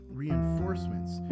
reinforcements